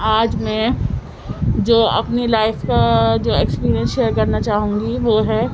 آج میں جو اپنی لائف کا جو ایکسپیرئنس شیئر کرنا چاہوں گی وہ ہے